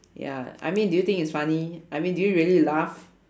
ya I mean do you think it's funny I mean do you really laugh